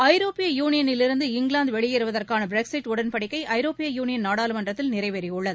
ஐரோப்பிய யூனியனிலிருந்து இங்கிலாந்து வெளியேறவதற்கான பிரக்ஸிட் உடன்படிக்கை ஐரோப்பிய யூனியன் நாடாளுமன்றத்தில் நிறைவேறியுள்ளது